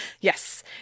Yes